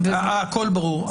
הכול ברור.